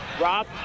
Rob